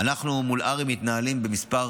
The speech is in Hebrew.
אנחנו מתנהלים מול הר"י בכמה